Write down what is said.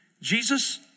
Jesus